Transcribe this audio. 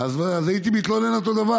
בכפר יהודי, אז הייתי מתלונן אותו דבר.